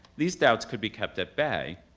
these doubts could be kept at bay,